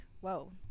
whoa